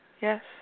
Yes